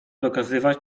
dokazywać